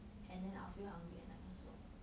and then I'll feel hungry at night also